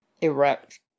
erect